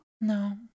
No